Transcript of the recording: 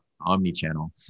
omni-channel